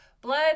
blood